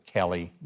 Kelly